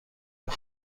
خود